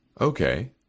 Okay